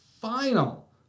final